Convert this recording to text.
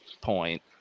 point